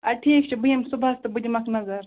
اَدٕ ٹھیٖک چھُ بہٕ یِم صُبحَس تہٕ بہٕ دِمَکھ نظر